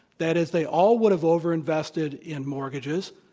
that is, they all would have overinvested in mortgages,